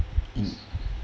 mm